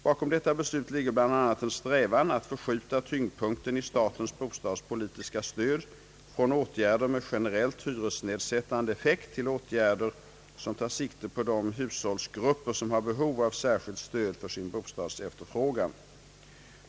Bakom detta beslut ligger bl.a. en strävan att förskjuta tyngdpunkten i statens bo stadspolitiska stöd från åtgärder med generellt hyresnedsättande effekt till åtgärder som tar sikte på de hushållsgrupper som har behov av särskilt stöd för sin bostadsefterfrågan.